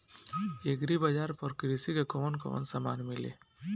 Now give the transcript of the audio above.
Agri बाजार पर कृषि के कवन कवन समान मिली?